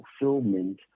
fulfillment